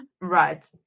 right